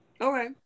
Okay